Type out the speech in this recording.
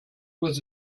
was